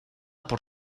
por